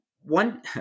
One